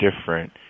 different